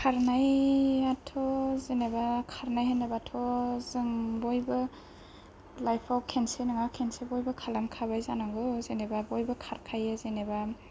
खारनायाथ' जेनोबा खारनाय होनोबाथ' जों बयबो लाइप आव खेनसे नङा खेनसे बयबो खालामखाबाय जानांगौ जेनोबा बयबो खारखायो जेनोबा